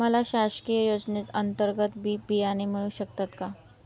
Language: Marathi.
मला शासकीय योजने अंतर्गत बी बियाणे मिळू शकतात का?